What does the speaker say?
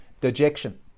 dejection